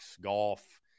golf